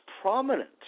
prominent